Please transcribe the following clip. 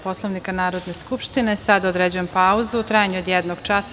Poslovnika Narodne skupštine, sada određujem pauzu u trajanju od jednog časa.